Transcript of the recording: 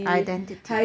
identity